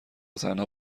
تنها